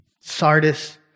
Sardis